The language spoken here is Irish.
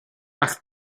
ach